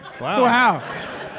Wow